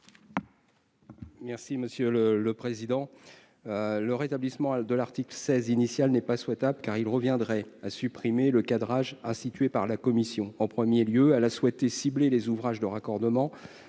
Merci monsieur le le président le rétablissement, l'de l'article 16 initial n'est pas souhaitable car il reviendrait à supprimer le cadrage institué par la Commission en 1er lieu à la souhaité cibler les ouvrages de raccordement